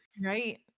right